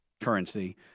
currency